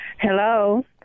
Hello